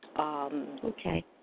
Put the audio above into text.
Okay